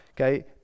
okay